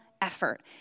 Effort